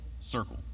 circle